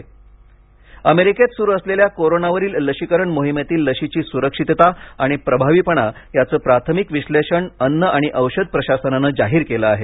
America लस अमेरिकेत सुरू असलेल्या कोरोनावरील लशीकरण मोहीमेतील लशीची सुरक्षितता आणि प्रभावीपणा याचे प्राथमिक विश्लेषण अन्न आणि औषध प्रशासनाने जाहीर केले आहे